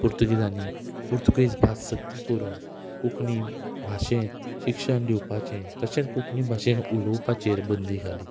पुर्तुगेजांनी पुर्तुगेज भास सक्ती करून कोंकणी भाशेंत शिक्षण दिवपाचें तशेंच कोंकणी भाशेंत उलोवपाचेर बंदी घाली